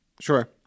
Sure